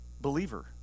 believer